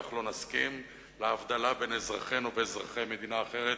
כך לא נסכים להבדלה בין אזרחינו ואזרחי מדינה אחרת